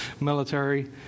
military